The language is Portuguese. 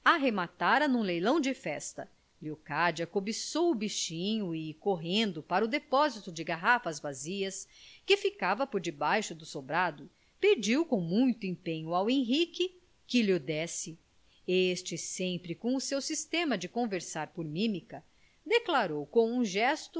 arrematara num leilão de festa leocádia cobiçou o bichinho e correndo para o depósito de garrafas vazias que ficava por debaixo do sobrado pediu com muito empenho ao henrique que lho desse este sempre com seu sistema de conversar por mímica declarou com um gesto